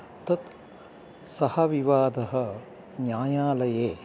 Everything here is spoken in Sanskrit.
तत् सः विवादः न्यायालये